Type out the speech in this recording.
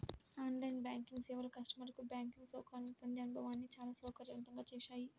on line banking సేవలు కస్టమర్లకు banking సౌకర్యాలను పొందే అనుభవాన్ని చాలా సౌకర్యవంతంగా చేశాయి